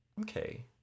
Okay